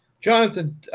Jonathan